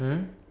mm